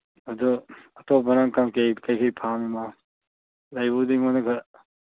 ꯑꯗꯨ ꯑꯇꯣꯞꯄꯅ ꯀꯩꯀꯩ ꯄꯥꯝꯃꯤꯕ ꯂꯩꯕꯨꯗꯤ ꯑꯩꯉꯣꯟꯗ ꯈꯔ